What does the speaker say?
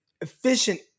efficient